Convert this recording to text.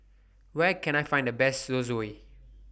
Where Can I Find The Best Zosui